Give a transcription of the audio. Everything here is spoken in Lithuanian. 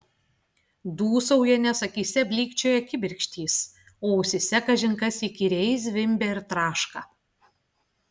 dūsauja nes akyse blykčioja kibirkštys o ausyse kažin kas įkyriai zvimbia ir traška